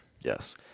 Yes